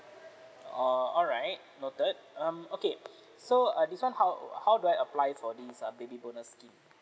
oh alright noted um okay so uh this one how how do I apply for these uh baby bonus scheme